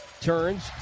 Turns